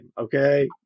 Okay